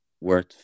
worth